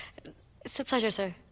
it's a pleasure sir.